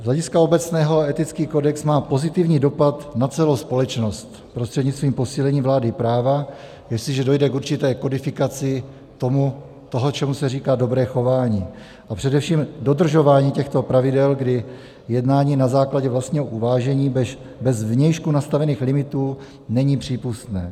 Z hlediska obecného etický kodex má pozitivní dopad na celou společnost prostřednictvím posílení vlády práva, jestliže dojde k určité kodifikaci toho, čemu se říká dobré chování, a především dodržování těchto pravidel, kdy jednání na základě vlastního uvážení bez zvnějšku nastavených limitů není přípustné.